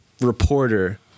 reporter